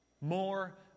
More